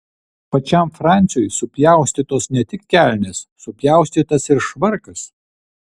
pačiam francui supjaustytos ne tik kelnės supjaustytas ir švarkas